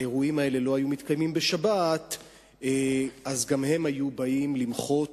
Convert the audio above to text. האירועים האלה בשבת גם הם היו באים למחות